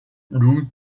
lough